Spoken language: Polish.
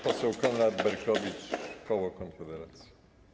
Poseł Konrad Berkowicz, koło Konfederacja.